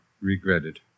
regretted